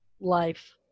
life